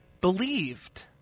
Believed